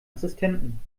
assistenten